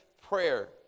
prayer